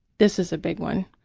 this is a big one.